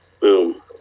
boom